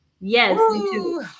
yes